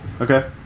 okay